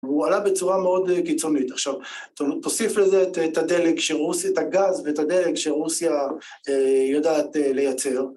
והוא עלה בצורה מאוד קיצונית. עכשיו, תוסיף לזה את הדלק, את הגז, ואת הדלק שרוסיה יודעת לייצר.